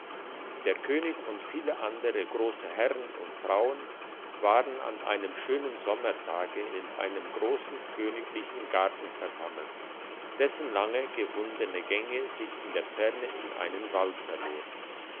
der könig und viele andere grosse herren und frauen waren an einem schönen sommertage in einem grossen königlichen garten versammelt dessen lange gewundene gänge sich in der ferne in einem wald verloren